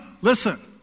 Listen